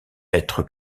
être